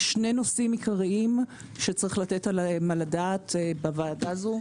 יש שני נושאים עיקריים שיש לתת עליהם את הדעת בוועדה הזו.